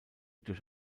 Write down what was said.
durch